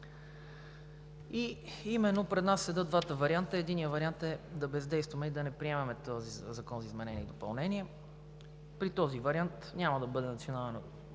Пред нас стоят двата варианта. Единият вариант е да бездействаме и да не приемаме този закон за изменение и допълнение. При този вариант няма да бъде приета